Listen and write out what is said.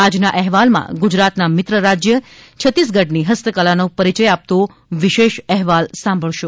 આજના અહેવાલમાં ગુજરાતના મિત્ર રાજ્ય છત્તીસગઢની હસ્તકલાનો પરિચય આપતો વિશેષ અહેવાલ સાંભળશો